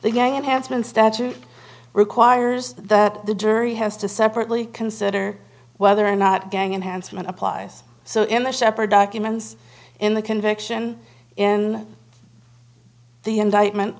the gang enhancement statute requires that the jury has to separately consider whether or not gang and handsome and applies so in the sheppard documents in the conviction in the indictment